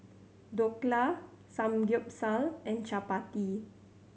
Dhokla Samgyeopsal and Chapati